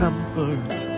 Comfort